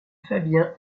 fabien